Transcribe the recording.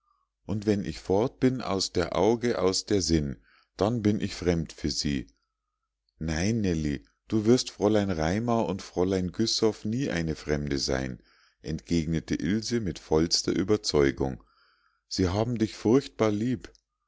und wenn ich fort bin aus der auge aus der sinn dann bin ich fremd für sie nein nellie du wirst fräulein raimar und fräulein güssow nie eine fremde sein entgegnete ilse mit vollster ueberzeugung sie haben dich furchtbar lieb